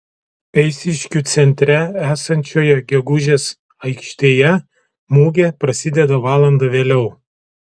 eišiškių centre esančioje gegužės aikštėje mugė prasideda valanda vėliau